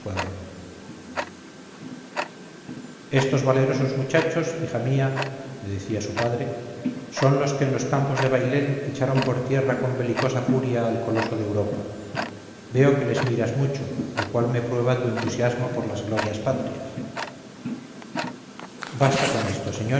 pequeño escuadrón estos valerosos muchachos hija mía le decía su padre son los que en los campos de bailén echaron por tierra con belicosa furia al coloso de europa veo que les miras mucho lo cual me prueba tu entusiasmo por las glorias patrias basta con esto